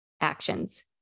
actions